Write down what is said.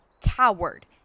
coward